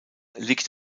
liegt